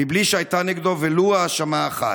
מבלי שהייתה נגדו ולו האשמה אחת.